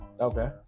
okay